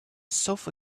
sofa